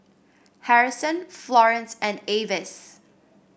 Harrison Florance and Avis